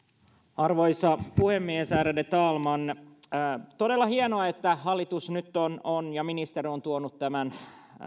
arvoisa puhemies ärade talman todella hienoa että hallitus nyt on tuonut ja ministeri on tuonut tämän